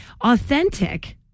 Authentic